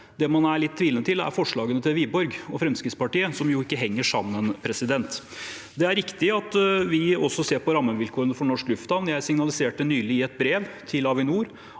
Det man er litt tvilende til, er forslagene til Wiborg og Fremskrittspartiet, som ikke henger sammen. Det er riktig at vi også ser på rammevilkårene for norsk luftfart. Jeg signaliserte nylig i et brev til Avinor